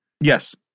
Yes